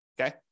Okay